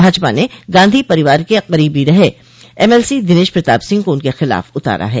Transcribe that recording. भाजपा ने गांधी परिवार के करीबी रहे एमएलसी दिनेश प्रताप सिंह को उनके खिलाफ उतारा है